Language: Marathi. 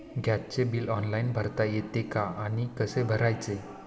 गॅसचे बिल ऑनलाइन भरता येते का आणि कसे भरायचे?